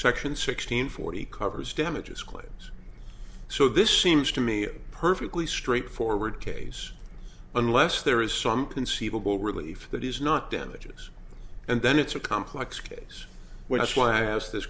section sixteen forty covers damages claims so this seems to me a perfectly straightforward case unless there is something siebel relief that is not damages and then it's a complex case which is why i asked this